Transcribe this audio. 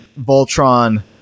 Voltron